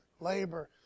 labor